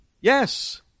Yes